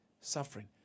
suffering